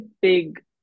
big